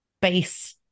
base